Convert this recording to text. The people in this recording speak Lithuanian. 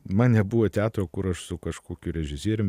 man nebuvo teatro kur aš su kažkokiu režisierium